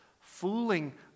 fooling